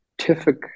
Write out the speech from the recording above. scientific